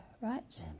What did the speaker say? right